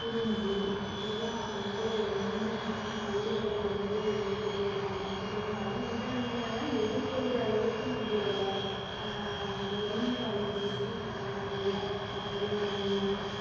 குறிஞ்சி இதெல்லாம் வந்து முன்னணியான பள்ளிகளில் வந்து திகழ்கிறாங்க திகழ்ந்தாலும் இதன்ல எல்லாம் எதிர்கொள்கிற அளவுக்கு நம்பளோட கவர்மெண்ட் காலேஜஸும் இருக்காங்க நிறைய அறிஞர் அண்ணா